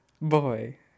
Boy